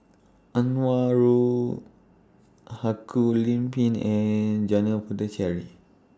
Anwarul Haque Lim Pin and Janil Puthucheary